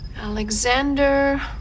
Alexander